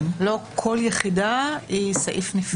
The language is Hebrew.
לא כל יחידה היא סעיף נפרד.